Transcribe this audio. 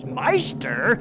meister